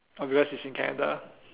oh because is in Canada